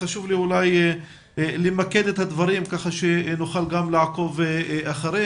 חשוב לי אולי למקד את הדברים כך שנוכל גם לעקוב אחריהם.